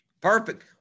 Perfect